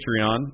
Patreon